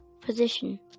position